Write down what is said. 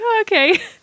okay